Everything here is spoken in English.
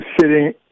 sitting